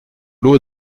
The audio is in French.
l’eau